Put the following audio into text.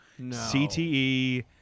CTE